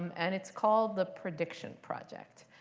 and it's called the prediction project.